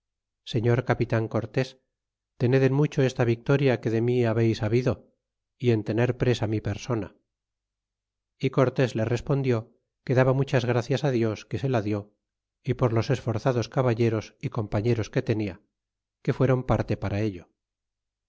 señor capitan cortes tened en mucho esta victoria que de mí habeis habido y en tener presa mi persona y cortés le respondió que daba muchas gracias dios que se la dic y por los esforzados caballeros y compañeros que tenia que fueron parte para ello